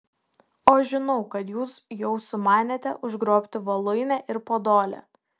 o žinau kad jūs jau sumanėte užgrobti voluinę ir podolę